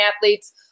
athletes